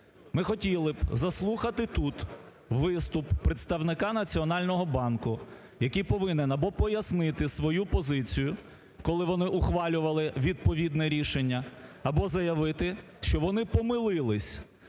Ми хотіли б заслухати тут виступ представника Національного банку, який повинен або пояснити свою позицію, коли вони ухвалювали відповідне рішення, або заявити, що вони помилилися.